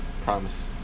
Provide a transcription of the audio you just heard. Promise